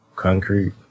concrete